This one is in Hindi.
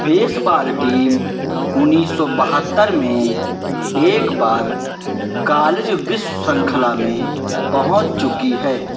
बेसबाल टीम उन्नीस सौ बहत्तर में एक बार कालेज विश्व खला में पहुँच चुकी है